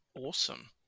Awesome